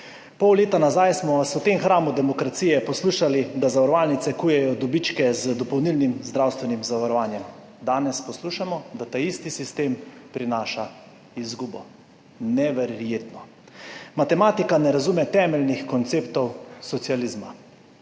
Pol leta nazaj smo vas v tem hramu demokracije poslušali, da zavarovalnice kujejo dobičke z dopolnilnim zdravstvenim zavarovanjem. Danes poslušamo, da ta isti sistem prinaša izgubo. Neverjetno. Matematika ne razume temeljnih konceptov socializma.